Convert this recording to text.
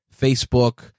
Facebook